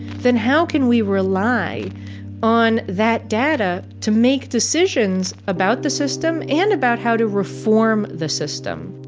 then how can we rely on that data to make decisions about the system and about how to reform the system?